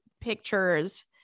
pictures